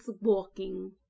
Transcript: walking